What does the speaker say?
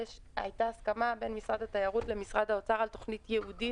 היתה הסכמה בין משרד התיירות למשרד האוצר על תכנית ייעודית.